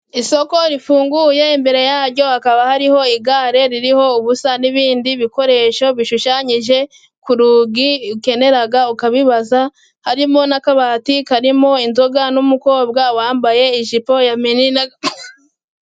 Isoko rifunguye, imbere yaryo hakaba hariho igare ririho ubusa n'ibindi bikoresho bishushanyije ku rugi, ukenera ukabibaza, harimo n'akabati karimo inzoga n'umukobwa wambaye ijipo ya mini n'ag...